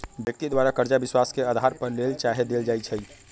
व्यक्ति द्वारा करजा विश्वास के अधार पर लेल चाहे देल जाइ छइ